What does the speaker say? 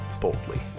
boldly